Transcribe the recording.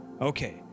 okay